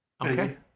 Okay